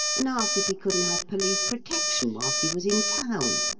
and asked if he couldn't have police protection whilst he was in town.